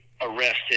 arrested